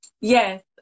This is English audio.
Yes